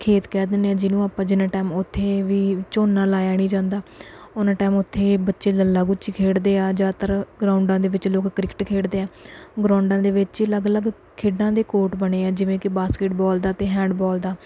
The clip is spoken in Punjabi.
ਖੇਤ ਕਹਿ ਦਿੰਦੇ ਹਾਂ ਜਿਹਨੂੰ ਆਪਾਂ ਜਿੰਨਾ ਟਾਈਮ ਉੱਥੇ ਵੀ ਝੋਨਾ ਲਾਇਆ ਨਹੀਂ ਜਾਂਦਾ ਉੰਨਾ ਟਾਈਮ ਉੱਥੇ ਬੱਚੇ ਲੱਲਾ ਗੁੱਚੀ ਖੇਡਦੇ ਆ ਜ਼ਿਆਦਾਤਰ ਗਰਾਊਂਡਾਂ ਦੇ ਵਿੱਚ ਲੋਕ ਕ੍ਰਿਕਟ ਖੇਡਦੇ ਆ ਗਰਾਊਂਡਾਂ ਦੇ ਵਿੱਚ ਹੀ ਅਲੱਗ ਅਲੱਗ ਖੇਡਾਂ ਦੇ ਕੋਟ ਬਣੇ ਆ ਜਿਵੇਂ ਕਿ ਬਾਸਕਿਟਬੋਲ ਦਾ ਅਤੇ ਹੈਂਡਬੋਲ ਦਾ